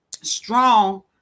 strong